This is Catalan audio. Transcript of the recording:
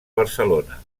barcelona